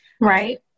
right